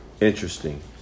Interesting